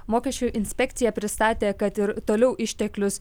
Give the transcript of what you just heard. mokesčių inspekcija pristatė kad ir toliau išteklius